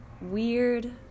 weird